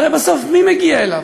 הרי בסוף מי מגיע אליו?